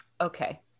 okay